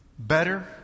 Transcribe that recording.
Better